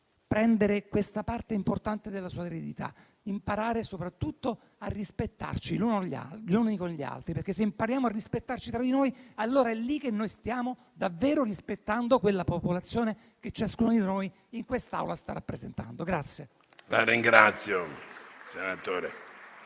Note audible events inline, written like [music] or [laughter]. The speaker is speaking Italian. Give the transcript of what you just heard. prendere questa parte della sua eredità e imparare soprattutto a rispettarci gli uni con gli altri. Se impariamo a rispettarci tra di noi, è lì che stiamo davvero rispettando quella popolazione che ciascuno di noi in quest'Aula sta rappresentando. [applause]